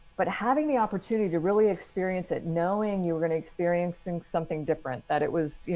but having the opportunity to really experience it, knowing you're going to experiencing something different, that it was, you